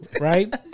Right